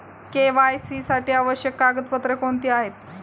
KYC साठी आवश्यक कागदपत्रे कोणती आहेत?